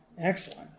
Excellent